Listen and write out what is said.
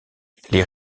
les